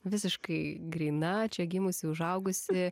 visiškai gryna čia gimusi užaugusi